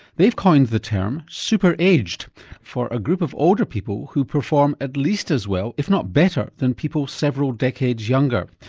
they've coined the term super-aged for a group of older people who perform at least as well if not better than people several decades younger.